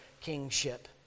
kingship